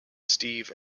steve